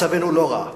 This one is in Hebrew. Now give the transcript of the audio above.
מצבנו לא רע.